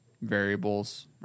variables